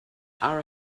are